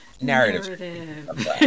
narrative